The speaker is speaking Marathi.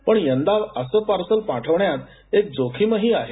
पण यंदा असं पार्सल पाठवण्यात एक जोखीमही आहे